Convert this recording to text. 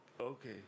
okay